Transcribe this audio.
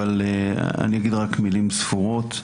אבל אני אגיד רק מילים ספורות.